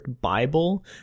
Bible